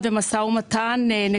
לא